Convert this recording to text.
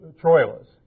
Troilus